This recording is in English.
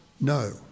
No